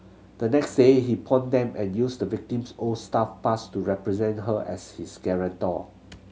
the next day he pawned them and used the victim's old staff pass to represent her as his guarantor